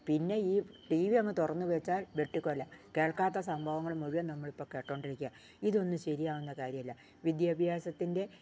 പിന്നെ ഈ ടിവി അങ്ങ് തുറന്നു വച്ചാൽ വെട്ടിക്കൊല കേൾക്കാത്ത സംഭവങ്ങൾ മുഴുവൻ നമ്മൾ ഇപ്പം കേട്ടു കൊണ്ടിരിക്കുകയാണ് ഇതൊന്നും ശരിയാവുന്ന കാര്യമല്ല വിദ്യാഭ്യാസത്തിൻ്റെ